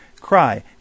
Cry